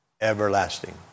Everlasting